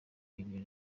ibi